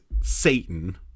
Satan